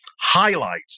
highlight